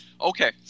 Okay